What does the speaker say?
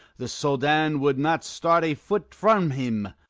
the soldan would not start a foot from him.